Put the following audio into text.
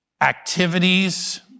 activities